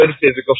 physical